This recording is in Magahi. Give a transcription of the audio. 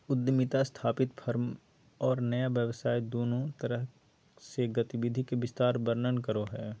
उद्यमिता स्थापित फर्म और नया व्यवसाय दुन्नु तरफ से गतिविधि के विस्तार वर्णन करो हइ